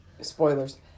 Spoilers